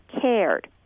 cared